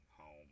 home